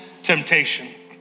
temptation